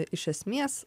iš esmės